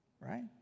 Right